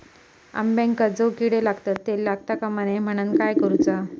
अंब्यांका जो किडे लागतत ते लागता कमा नये म्हनाण काय करूचा?